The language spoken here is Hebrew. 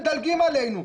מדלגים עלינו.